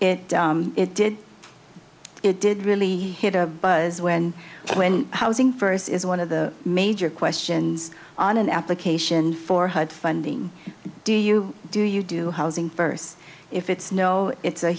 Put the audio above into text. it did it did really hit a buzz when when housing first is one of the major questions on an application for hud funding do you do you do housing first if it's no it's a